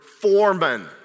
foreman